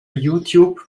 youtube